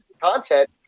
content